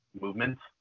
movements